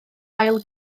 ail